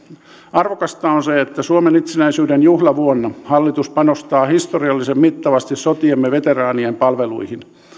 arvokasta on se että suomen itsenäisyyden juhlavuonna hallitus panostaa historiallisen mittavasti sotiemme veteraanien palveluihin